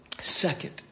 Second